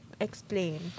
Explain